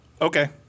Okay